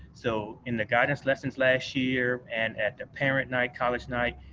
so, in the guidance lessons last year and at the parent night, college night,